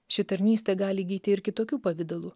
ši tarnystė gali įgyti ir kitokių pavidalų